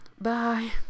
Bye